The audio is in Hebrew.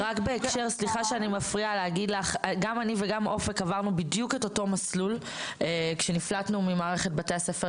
גם אני וגם אופק עברנו בדיוק את אותו מסלול כשנפלטנו ממערכת בתי הספר,